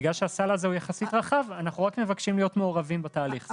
בגלל שהסל הזה הוא יחסית רחב אנחנו רק מבקשים להיות מעורבים בתהליך,